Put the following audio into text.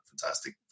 fantastic